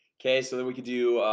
okay, so that we could do.